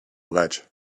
ledge